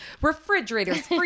refrigerators